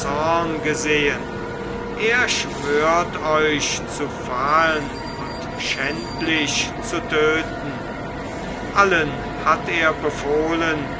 gesehen er schwört euch zu fahen und schändlich zu töten allen hat er befohlen